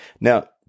Now